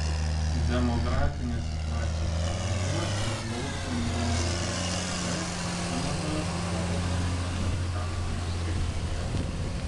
demografinės situacijos palankumas priklauso nuo dag lyginamojo svorio bendrame gyventojų skaičiuje